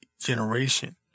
generation